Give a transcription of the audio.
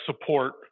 support